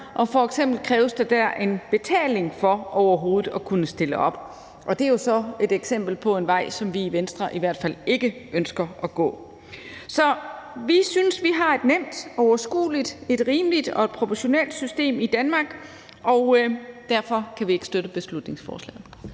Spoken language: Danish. F.eks. kræves der dér en betaling for overhovedet at kunne stille op. Og det er jo så et eksempel på en vej, som vi i Venstre i hvert fald ikke ønsker at gå. Så Venstre synes, vi har et nemt, overskueligt, rimeligt og proportionalt system i Danmark, og derfor kan vi ikke støtte beslutningsforslaget.